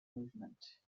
movement